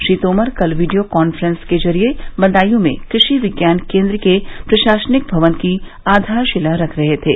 श्री तोमर कल video conference के जरिए बदायूं में कृषि विज्ञान केन्द्र के प्रशासनिक भवन की आधारशिला रख रहे थे